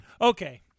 Okay